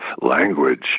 language